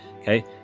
okay